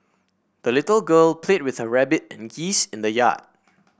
the little girl played with her rabbit and geese in the yard